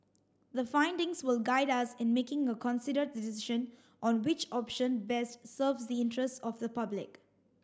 the findings will guide us in making a considered decision on which option best serves the interests of the public